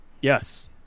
Yes